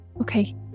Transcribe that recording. Okay